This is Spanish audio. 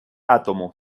átomo